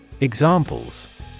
Examples